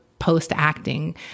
post-acting